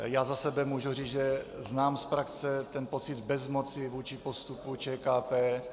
Já za sebe můžu říct, že znám z praxe ten pocit bezmoci vůči postupu ČKP.